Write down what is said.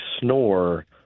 snore